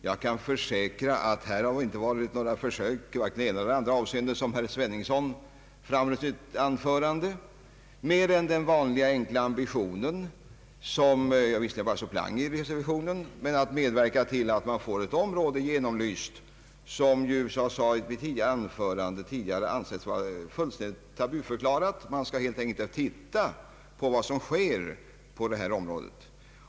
Jag kan försäkra att här inte varit några försök vare sig i det ena eller det andra avseendet, som herr Sveningsson påstod i sitt anförande, bortsett från den vanliga enkla ambitionen — jag är visserligen bara suppleant i revisionen — att medverka till att man får ett område genomlyst, ett område som, vilket jag påpekade i mitt tidigare anförande, ansetts vara tabuförklarat. Det har ansetts att man inte skall titta på vad som sker på detta område.